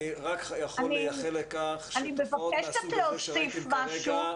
אני רק יכול לייחל לכך שתופעות מהסוג שראיתם כרגע יהיו שכיחות יותר.